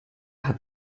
hat